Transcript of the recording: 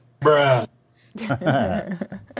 Bruh